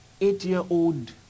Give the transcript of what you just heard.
eight-year-old